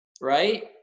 right